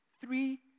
Three